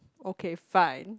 okay fine